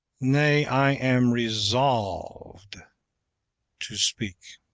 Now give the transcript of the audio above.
nay, i am resolved to speak.